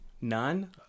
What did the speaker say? None